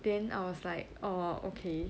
then I was like orh okay